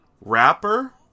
Rapper